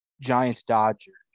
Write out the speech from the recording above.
Giants-Dodgers